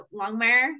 Longmire